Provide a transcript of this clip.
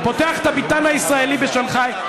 פותח את הביתן הישראלי בשנגחאי,